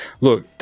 Look